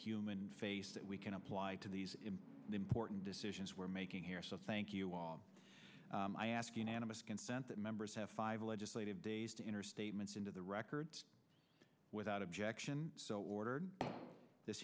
human face that we can apply to these important decisions we're making here so thank you all i ask unanimous consent that members have five legislative days to enter statements into the record without objection so ordered this